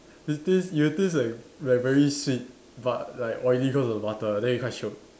you'll taste you'll taste like like very sweet but like oily cause of the butter then it's quite shiok